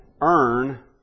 earn